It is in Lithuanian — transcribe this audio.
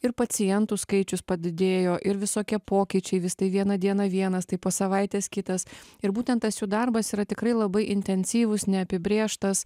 ir pacientų skaičius padidėjo ir visokie pokyčiai vis tai vieną dieną vienas tai po savaitės kitas ir būtent tas jų darbas yra tikrai labai intensyvus neapibrėžtas